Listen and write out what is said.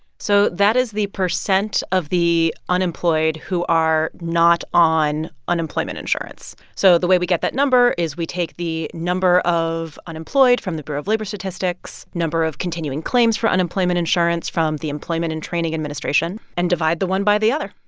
so that is the percent of the unemployed who are not on unemployment insurance. so the way we get that number is we take the number of unemployed from the bureau of labor statistics, number of continuing claims for unemployment insurance from the employment and training administration and divide the one by the other.